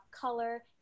color